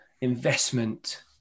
investment